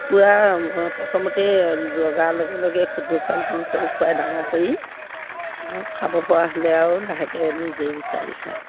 কুকুৰা প্ৰথমতেই জগাৰ লগে লগে খুদ চাউল তোনো চাউল খোৱাই ডাঙৰ কৰি খাব পৰা হ'লে আৰু লাহেকৈ নিজেই বিচাৰি খায়